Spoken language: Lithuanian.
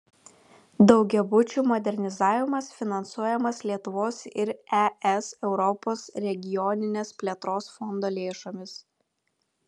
daugiabučių modernizavimas finansuojamas lietuvos ir es europos regioninės plėtros fondo lėšomis